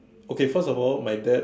okay first of all my dad